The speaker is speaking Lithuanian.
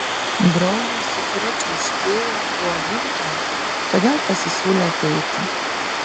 draugė su kuria čiauškėjo buvo gydytoja todėl pasisiūlė ateiti